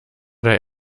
der